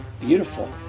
Beautiful